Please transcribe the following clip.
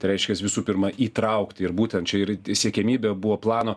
tai reiškias visų pirma įtraukti ir būtent čia ir siekiamybė buvo plano